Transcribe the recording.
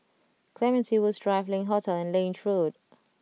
Clementi Woods Drive Link Hotel and Lange Road